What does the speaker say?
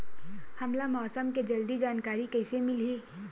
हमला मौसम के जल्दी जानकारी कइसे मिलही?